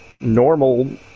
normal